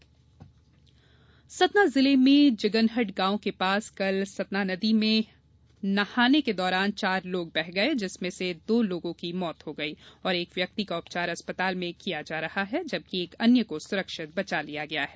सतना हादसा सतना जिले में जिगनहट गांव के पास कल सतना नदी में नहाने के दौरान चार लोग बह गये जिसमें से दो लोगों की मौत हो गई और एक व्यक्ति का उपचार अस्पताल में किया जा रहा है जबकि एक अन्य को सुरक्षित बचा लिया गया है